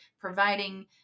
providing